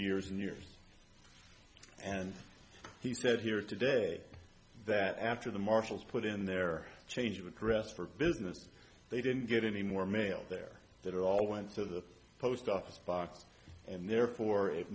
years and years and he said here today that after the marshals put in their change would press for business they didn't get any more mail there that all went to the post office box and therefore it